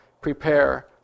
prepare